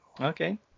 Okay